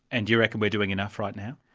and you reckon we're doing enough right now?